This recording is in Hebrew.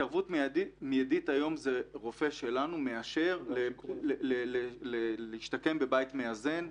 התערבות מידית היום זה רופא שלנו מאשר להשתקם בבית מאזן,